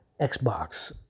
Xbox